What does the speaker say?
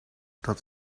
dat